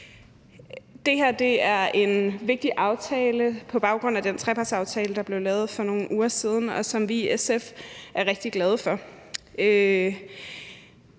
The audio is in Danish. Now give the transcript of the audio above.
Det her er et vigtigt forslag på baggrund af den trepartsaftale, som blev lavet for nogle uger siden, og som vi i SF er rigtig glade for.